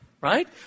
right